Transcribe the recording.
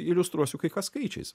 iliustruosiu kai ką skaičiais